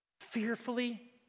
Fearfully